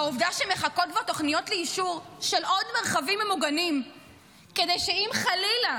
העובדה שמחכות כבר תוכניות לאישור של עוד מרחבים ממוגנים כדי שאם חלילה